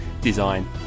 design